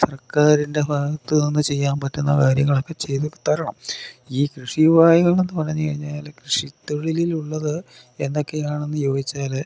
സർക്കാരിൻ്റെ ഭാഗത്തുനിന്ന് ചെയ്യാൻ പറ്റുന്ന കാര്യങ്ങളൊക്കെ ചെയ്തുതരണം ഈ കൃഷി ഉപായങ്ങൾ എന്നു പറഞ്ഞു കഴിഞ്ഞാൽ കൃഷി തൊഴിലിലുള്ളത് എന്തൊക്കെയാണെന്നു ചോദിച്ചാൽ